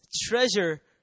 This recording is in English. treasure